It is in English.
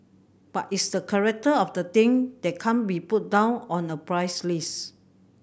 but it's the character of the thing that can't be put down on a price list